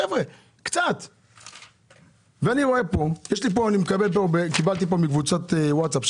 אני קיבלתי כאן פניות מקבוצות ווטסאפ,